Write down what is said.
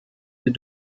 des